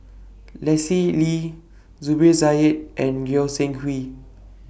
Lee Zubir Said and Goi Seng Hui